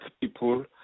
people